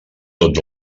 tot